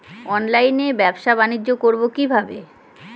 অনলাইনে ব্যবসা বানিজ্য করব কিভাবে?